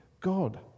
God